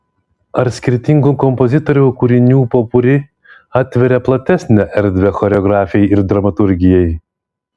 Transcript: ar skirtingų kompozitorių kūrinių popuri atveria platesnę erdvę choreografijai ir dramaturgijai